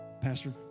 Pastor